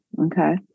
Okay